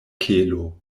kelo